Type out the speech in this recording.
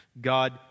God